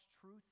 truth